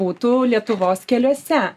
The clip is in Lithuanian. būtų lietuvos keliuose